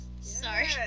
Sorry